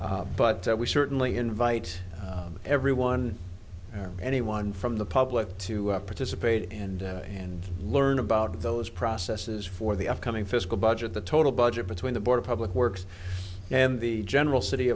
but we certainly invite everyone or anyone from the public to participate and and learn about those processes for the upcoming fiscal budget the total budget between the board of public works and the general city